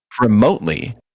remotely